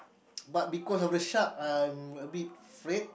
but because of the shark I'm a bit afraid